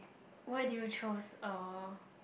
why did you chose uh